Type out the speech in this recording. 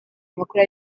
amakuru